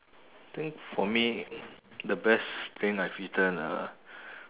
think for me the best thing I've eaten uh